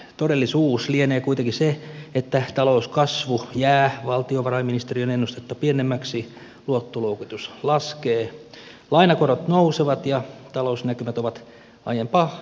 todellisuus lienee kuitenkin se että talouskasvu jää valtiovarainministeriön ennustetta pienemmäksi luottoluokitus laskee lainakorot nousevat ja talousnäkymät ovat aiempaa huonommat